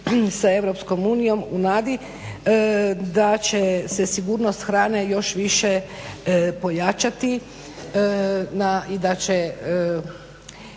sa EU u nadi da će se sigurnost hrane još više pojačati i da će